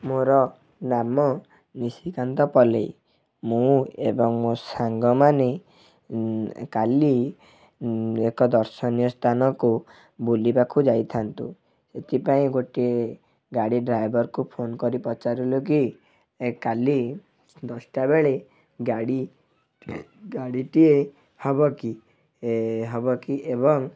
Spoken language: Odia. ମୋର ନାମ ନିଶିକାନ୍ତ ପଲେଇ ମୁଁ ଏବଂ ମୋ ସାଙ୍ଗ ମାନେ କାଲି ଏକ ଦର୍ଶନୀୟ ସ୍ଥାନକୁ ବୁଲିବାକୁ ଯାଇଥାନ୍ତୁ ସେଥିପାଇଁ ଗୋଟିଏ ଗାଡ଼ି ଡ୍ରାଇଭରକୁ ଫୋନ୍ କରି ପଚାରିଲୁ କି ଏ କାଲି ଦଶଟା ବେଳେ ଗାଡ଼ି ଗାଡ଼ିଟିଏ ହେବ କି ହେବ କି ଏବଂ